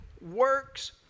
works